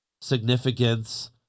significance